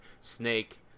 Snake